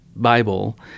Bible